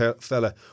fella